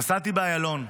נסעתי באיילון,